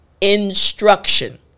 instruction